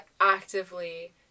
actively